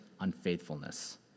unfaithfulness